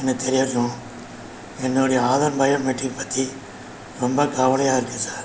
என்னை என்னுடைய ஆதார் பயோமெட்ரிக் பற்றி ரொம்ப கவலையாக இருக்குது சார்